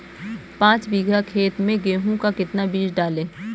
पाँच बीघा खेत में गेहूँ का कितना बीज डालें?